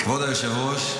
כבוד היושב-ראש,